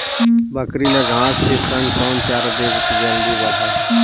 बकरी ल घांस के संग कौन चारा देबो त जल्दी बढाही?